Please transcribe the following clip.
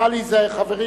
נא להיזהר, חברים.